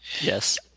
Yes